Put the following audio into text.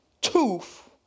tooth